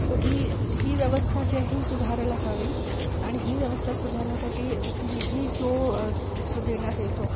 so ही ही व्यवस्था जी आहे ही सुधारायला हवी आणि ही व्यवस्था सुधारण्यासाठी निधी जो जो देण्यात येतो